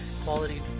quality